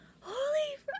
Holy